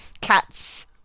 cats